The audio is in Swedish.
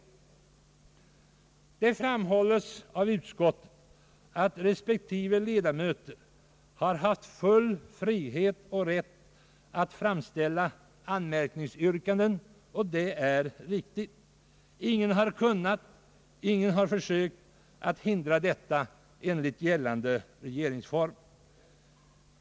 Utskottet framhåller att respektive ledamöter har haft full frihet och rätt att framställa anmärkningsyrkanden, och detta är riktigt. Ingen har kunnat eller försökt hindra detta enligt gällande regeringsform.